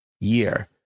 year